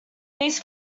these